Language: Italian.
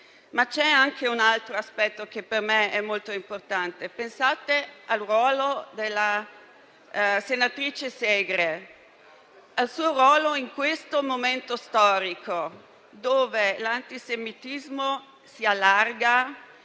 C'è anche un altro aspetto per me molto importante. Pensate al ruolo della senatrice Segre, al suo ruolo in questo momento storico in cui l'antisemitismo si